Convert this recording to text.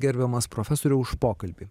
gerbiamas profesoriau už pokalbį